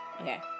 Okay